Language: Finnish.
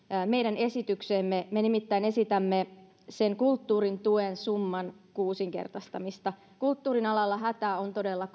meidän esitykseemme me nimittäin esitämme sen kulttuurin tuen summan kuusinkertaistamista kulttuurialalla hätä on todella